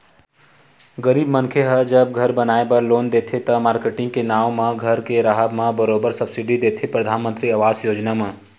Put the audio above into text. गरीब मनखे ह जब घर बनाए बर लोन देथे त, मारकेटिंग के नांव म घर के राहब म बरोबर सब्सिडी देथे परधानमंतरी आवास योजना म